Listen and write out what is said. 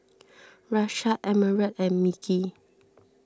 Rashad Emerald and Mickey